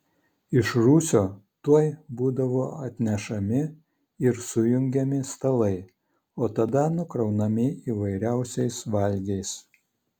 iš rūsio tuoj būdavo atnešami ir sujungiami stalai o tada nukraunami įvairiausiais valgiais